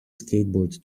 skateboard